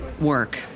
work